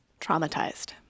traumatized